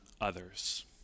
others